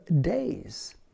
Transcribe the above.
Days